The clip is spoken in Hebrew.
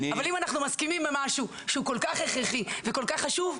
אבל אם אנחנו מסכימים על משהו שהוא כל כך הכרחי וכל כך חשוב,